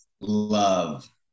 love